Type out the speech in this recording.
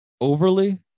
Overly